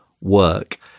work